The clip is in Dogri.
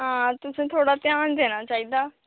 हां तुसें थोह्ड़ा ध्यान देना चाहिदा